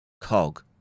cog